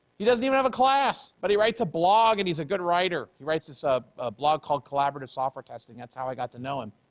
he doesn't even have a class but he writes a blog and he's a good writer. he writes this ah ah blog called collaborative software testing, that's how i got to know him,